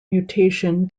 mutation